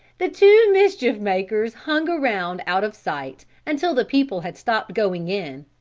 the two mischief-makers hung around out of sight, until the people had stopped going in,